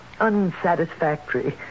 unsatisfactory